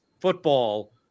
football